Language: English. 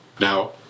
Now